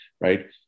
right